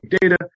data